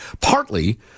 Partly